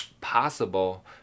possible